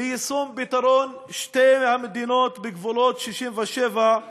ליישום פתרון שתי המדינות בגבולות 67',